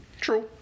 true